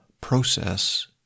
process